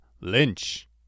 Lynch